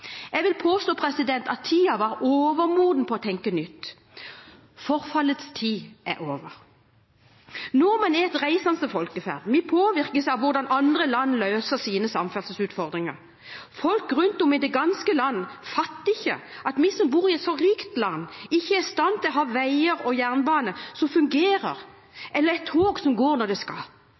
Jeg vil påstå at tiden var overmoden for å tenke nytt. Forfallets tid er over. Nordmenn er et reisende folkeferd. Vi påvirkes av hvordan andre land løser sine samferdselsutfordringer. Folk rundt om i det ganske land fatter ikke at vi som bor i et så rikt land, ikke er i stand til å ha veier og jernbane som fungerer, eller et tog som går når det skal.